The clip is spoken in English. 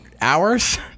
hours